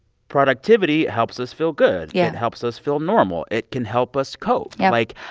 productivity helps us feel good yeah it helps us feel normal. it can help us cope yep like,